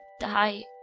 die